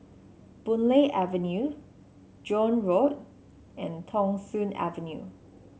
Boon Lay Avenue Joan Road and Thong Soon Avenue